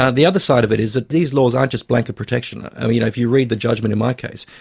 ah the other side of it is that these laws aren't just blanket protection. if you read the judgement in my case,